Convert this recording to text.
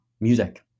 music